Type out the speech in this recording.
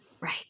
Right